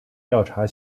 调查